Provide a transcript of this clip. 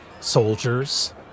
soldiers